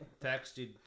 texted